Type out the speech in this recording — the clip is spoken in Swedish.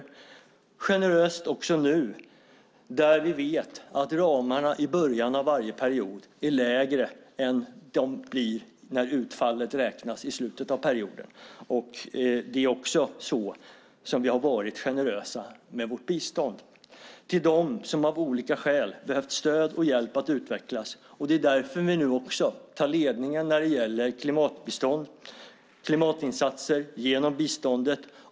Det ska vara generöst också nu, där vi vet att ramarna i början av varje period är lägre än de blir när utfallet räknas i slutet av perioden. Det är också så vi har varit generösa med vårt bistånd till dem som av olika skäl har behövt stöd och hjälp att utvecklas. Det är därför vi nu också tar ledningen när det gäller klimatbistånd och klimatinsatser genom biståndet.